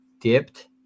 dipped